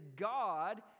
god